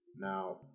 Now